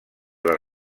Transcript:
les